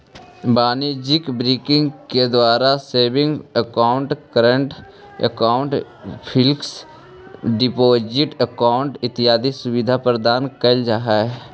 वाणिज्यिक बैंकिंग के द्वारा saving account, current account, fix deposit account इत्यादि सुविधा प्रदान कैल जा हइ